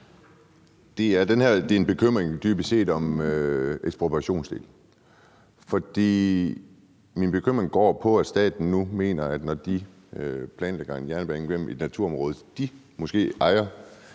set om en bekymring om ekspropriationsdelen. Min bekymring går på, at staten nu mener, at når de planlægger en jernbane gennem et naturområde, som de måske ejer,